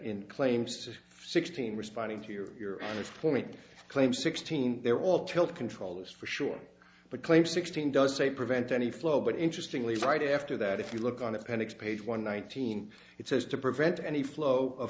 in claims to sixteen responding to your point claim sixteen they're all pill controllers for sure but claim sixteen does say prevent any flow but interestingly right after that if you look on appendix page one nineteen it says to prevent any flow of